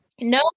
no